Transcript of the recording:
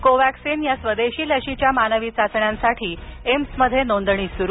Covaxin या स्वदेशी लशीच्या मानवी चाचण्यांसाठी एम्समध्ये नोंदणी सुरू